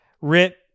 Rip